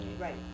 right